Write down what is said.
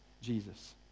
Jesus